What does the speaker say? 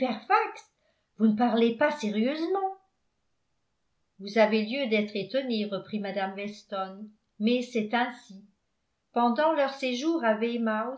vous ne parlez pas sérieusement vous avez lieu d'être étonnée reprit mme weston mais c'est ainsi pendant leur séjour à